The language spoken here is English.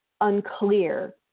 unclear